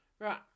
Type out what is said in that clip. Right